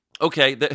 Okay